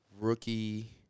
rookie